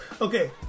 Okay